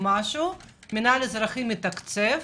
המנהל האזרחי מתקצב